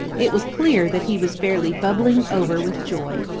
it was clear that he was fairly bubbling over with joy.